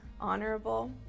honorable